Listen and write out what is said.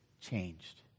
changed